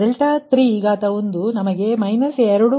837 degree ಮತ್ತು V3 1